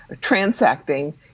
transacting